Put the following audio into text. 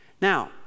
Now